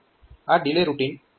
આ delay routine ખૂબ જ સરળ છે